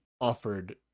offered